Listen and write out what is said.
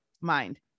mind